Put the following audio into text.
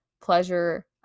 pleasure